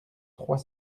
trois